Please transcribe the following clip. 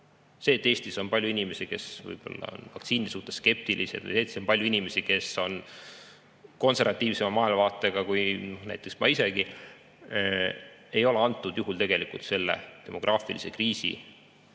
See, et Eestis on palju inimesi, kes võib-olla on vaktsiini suhtes skeptilised, või et Eestis on palju inimesi, kes on konservatiivsema maailmavaatega kui näiteks ma isegi, ei ole antud juhul tegelikult selle demograafilise kriisi